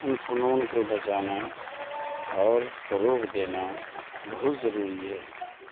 ان فنون کو بچانا اور فروغ دینا بہت ضروری ہے